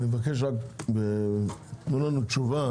דיכטר, תנו לנו תשובה